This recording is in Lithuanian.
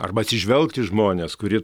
arba atsižvelgt į žmones kurie